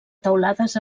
teulades